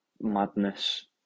madness